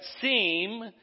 seem